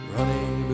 Running